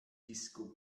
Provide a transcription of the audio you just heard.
disco